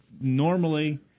Normally